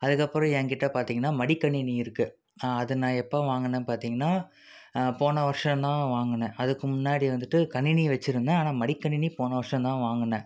அதுக்கப்புறம் என் கிட்டே பார்த்தீங்கன்னா மடிக்கணினி இருக்குது அது நான் எப்போ வாங்கினேன்னு பார்த்தீங்கன்னா போன வருஷம் தான் வாங்கினேன் அதுக்கு முன்னாடி வந்துட்டு கணினி வச்சுருந்தேன் ஆனால் மடிக்கணினி போன வருஷம்தான் வாங்கினேன்